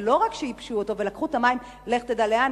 ולא רק שייבשו אותו ולקחו את המים לך תדע לאן,